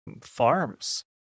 farms